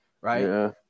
Right